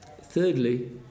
thirdly